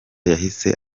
yahise